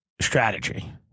strategy